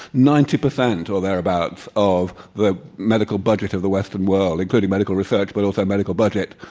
ninety percent or thereabouts of the medical budget of the western world, including medical research but also medical budget,